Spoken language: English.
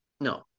No